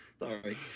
Sorry